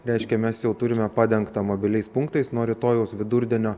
reiškia mes jau turime padengtą mobiliais punktais nuo rytojaus vidurdienio